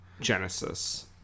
Genesis